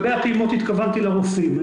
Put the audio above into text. לגבי הפעימות התכוונתי לרופאים.